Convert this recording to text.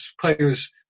players